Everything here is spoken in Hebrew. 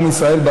עם ישראל,